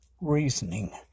reasoning